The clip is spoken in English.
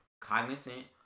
cognizant